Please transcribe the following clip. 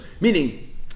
Meaning